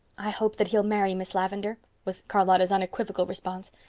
i hope that he'll marry miss lavendar, was charlotta's unequivocal response.